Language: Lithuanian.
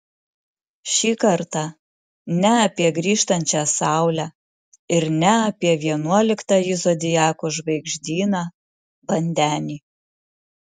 šį kartą ne apie grįžtančią saulę ir ne apie vienuoliktąjį zodiako žvaigždyną vandenį